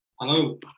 Hello